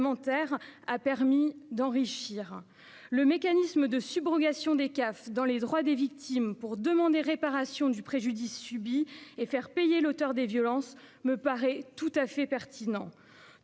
a permis d'enrichir. Le mécanisme de subrogation des CAF dans les droits des victimes, pour demander réparation du préjudice subi et faire payer l'auteur des violences, me paraît tout à fait pertinent,